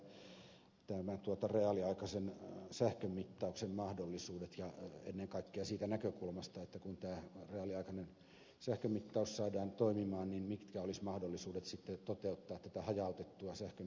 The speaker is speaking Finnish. jaskarin puheessa reaaliaikaisen sähkönmittauksen mahdollisuudet ja ennen kaikkea siitä näkökulmasta että kun tämä reaaliaikainen sähkönmittaus saadaan toimimaan niin mitkä olisivat mahdollisuudet toteuttaa tätä hajautettua sähkön pientuotantoa